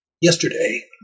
yesterday